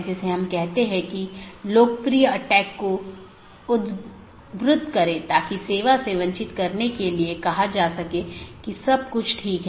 जैसा कि हमने देखा कि रीचैबिलिटी informations मुख्य रूप से रूटिंग जानकारी है